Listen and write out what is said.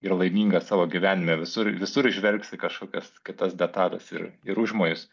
ir laimingas savo gyvenime visur visur įžvelgsi kažkokias kitas detales ir ir užmojus